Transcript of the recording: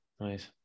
nice